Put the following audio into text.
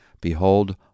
behold